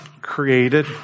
created